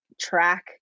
track